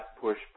push